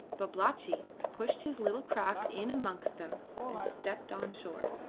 babalatchi pushed his little craft in amongst them and stepped on shore.